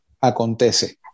acontece